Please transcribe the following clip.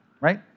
Right